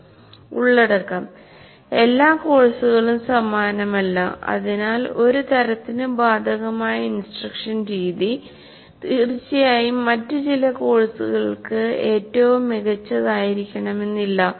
Content All courses are not similar in nature so an instruction method that is applicable to ഉള്ളടക്കം എല്ലാ കോഴ്സുകളും സമാനമല്ല അതിനാൽ ഒരു തരത്തിന് ബാധകമായ ഇൻസ്ട്രക്ഷൻ രീതി തീർച്ചയായും മറ്റ് ചില കോഴ്സുകൾക്ക് ഏറ്റവും മികച്ചതായിരിക്കണമെന്നില്ല